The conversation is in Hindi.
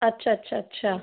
अच्छा अच्छा अच्छा